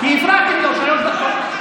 כי הפרעתם לו שלוש דקות.